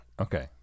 Okay